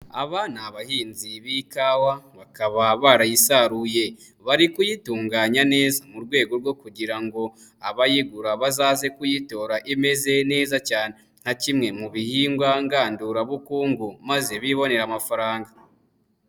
Aba ni abahinzi b'ikawa, bakaba barayisaruye, bari kuyitunganya neza mu rwego rwo kugira ngo abayigura bazaze kuyitora imeze neza cyane, nka kimwe mu bihingwa ngandurabukungu maze bibonera amafaranga.